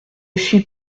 suis